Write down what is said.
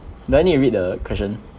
do I need to read the question